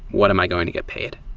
what am i going to get paid?